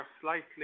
slightly